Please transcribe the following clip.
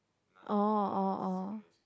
oh oh oh